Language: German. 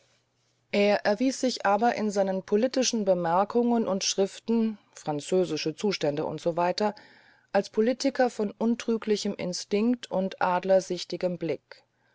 er erwies sich aber in seinen politischen bemerkungen und schriften französische zustände usw als politiker von untrüglichem instinkt und adlersicherem blick